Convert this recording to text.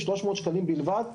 300 שקלים בלבד,